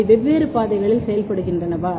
அவை வெவ்வேறு பாதைகளில் செயல்படுகின்றனவா